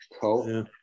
Cool